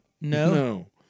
No